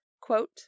quote